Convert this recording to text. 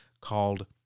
called